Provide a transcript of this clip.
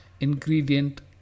ingredient